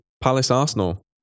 Palace-Arsenal